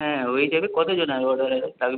হ্যাঁ ওই হিসাবে কতজনার অর্ডার লাগবে